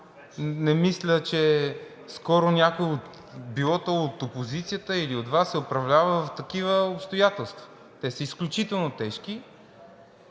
Не мисля, че някой – било то от опозицията или от Вас, е управлявал в такива обстоятелства. Те са изключително тежки